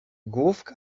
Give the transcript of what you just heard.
główka